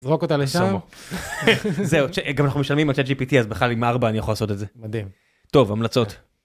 זרוק אותה לשם זהו גם אנחנו משלמים על ChatGPT אז בכלל עם ארבע אני יכול לעשות את זה מדהים טוב המלצות.